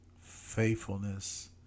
faithfulness